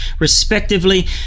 respectively